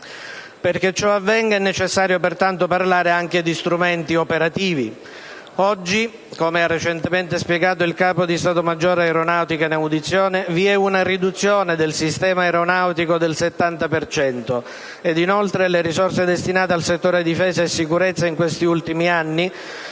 Perché ciò avvenga è necessario pertanto parlare anche di strumenti operativi. Oggi, come ha recentemente spiegato il capo di Stato maggiore dell'Aeronautica in audizione, vi è una riduzione del sistema aeronautico del 70 per cento ed inoltre le risorse destinate al settore difesa e sicurezza in questi ultimi anni,